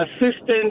assistant